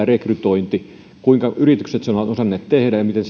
rekrytointi kuinka yritykset ovat osanneet sen tehdä ja miten